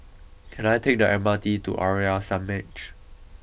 can I take the M R T to Arya Samaj